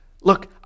look